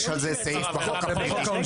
יש על זה סעיף בחוק העונשין.